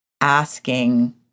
Asking